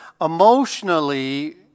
Emotionally